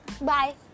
bye